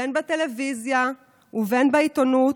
בין בטלוויזיה ובין בעיתונות,